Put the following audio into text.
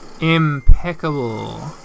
Impeccable